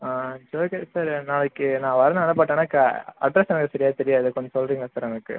ah it's okay sir நாளைக்கு நான் வரணும் ஆனால் பட் ஆனால் க அட்ரஸ் எனக்கு சரியா தெரியாது கொஞ்சம் சொல்கிறீங்களா சார் எனக்கு